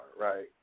right